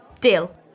Deal